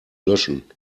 löschen